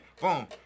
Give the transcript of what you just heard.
Boom